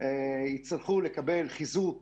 יצטרכו לקבל חיזוק